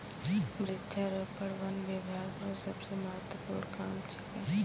वृक्षारोपण वन बिभाग रो सबसे महत्वपूर्ण काम छिकै